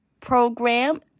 program